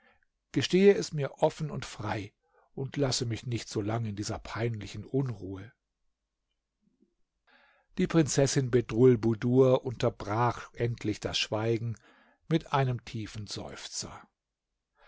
gestehe es mir offen und frei und lasse mich nicht so lang in dieser peinlichen unruhe die prinzessin bedrulbudur unterbrach endlich das schweigen mit einem tiefen seufzer